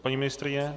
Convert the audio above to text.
Paní ministryně?